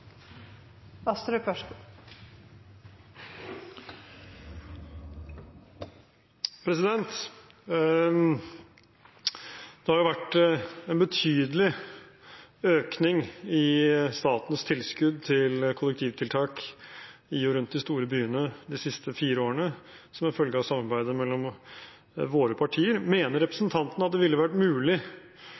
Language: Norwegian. Det har vært betydelig økning i statens tilskudd til kollektivtiltak i og rundt de store byene de siste fire årene som en følge av samarbeidet mellom våre partier. Mener representanten at det ville vært mulig